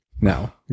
Now